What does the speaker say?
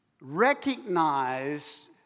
recognize